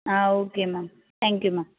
ah okay ma'am thank you ma'am